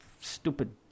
stupid